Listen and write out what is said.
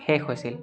শেষ হৈছিল